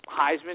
Heisman